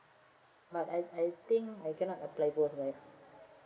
but I I think I cannot apply both right